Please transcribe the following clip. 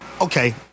Okay